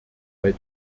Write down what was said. bei